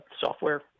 software